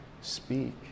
speak